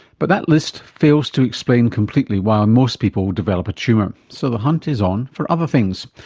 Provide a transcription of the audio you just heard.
but that list fails to explain completely why most people develop a tumour. so the hunt is on for other things.